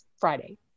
Friday